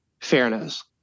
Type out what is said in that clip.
Fairness